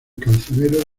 cancionero